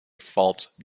false